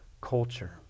culture